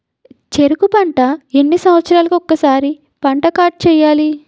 చెరుకు పంట ఎన్ని సంవత్సరాలకి ఒక్కసారి పంట కార్డ్ చెయ్యాలి?